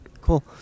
Cool